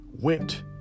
went